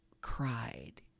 cried